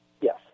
Yes